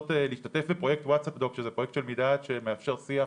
להשתתף בפרויקט וואטסאפ דוק שזה פרויקט של מדעת שמאפשר שיח